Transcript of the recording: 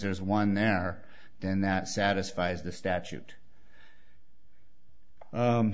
there is one there then that satisfies the statute